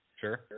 Sure